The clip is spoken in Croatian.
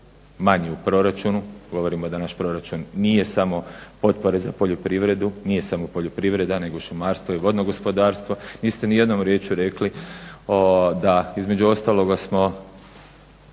manji u proračunu, govorimo da je naš proračun nije samo potpora za poljoprivredu, nije samo poljoprivreda nego šumarstvo i vodno gospodarstvo. Niste ni jednom riječju rekli da između ostaloga smo